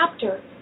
chapter